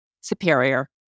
superior